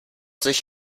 sich